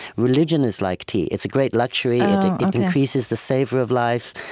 religion is like tea. it's a great luxury. it increases the savor of life.